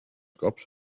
cops